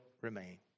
remain